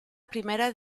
primera